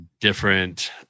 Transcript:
different